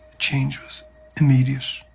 change was immediate,